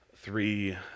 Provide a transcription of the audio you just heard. three